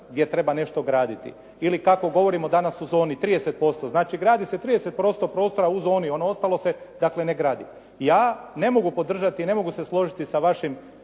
gdje treba nešto graditi. Ili kako govorimo danas u zoni, 30%. Znači gradi se 30% prostora u zoni, ono ostalo se ne gradi. Ja ne mogu podržati, ne mogu se složiti sa vašim